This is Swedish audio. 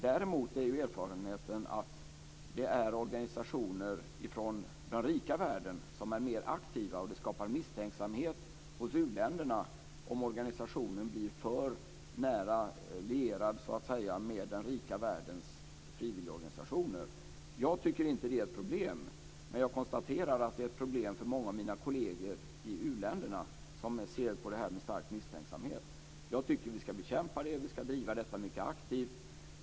Däremot är erfarenheten att det är organisationer från den rika världen som är mera aktiva, och det skapar misstänksamhet hos u-länderna om organisationen blir för nära lierad med den rika världens frivilligorganisationer. Jag tycker inte att det är ett problem, men jag konstaterar att det är ett problem för många av mina kolleger i u-länderna, som ser på det här med stark misstänksamhet. Jag tycker att vi ska bekämpa det här och driva detta mycket aktivt.